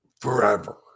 forever